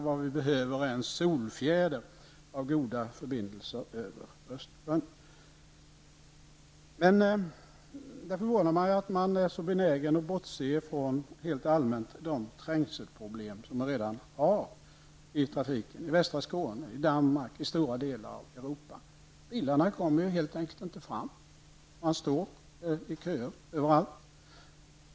Vad vi behöver är en solfjäder av goda förbindelser över Det förvånar mig att man är så benägen att rent allmänt bortse ifrån de trängselproblem som vi redan har i trafiken i västra Skåne, i Danmark och i stora delar av Europa. Bilarna kommer helt enkelt inte fram. Man står i kö överallt.